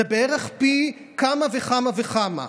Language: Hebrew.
זה בערך פי כמה וכמה וכמה.